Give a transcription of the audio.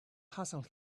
hustle